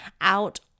out